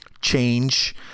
Change